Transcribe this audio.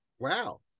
Wow